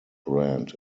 brand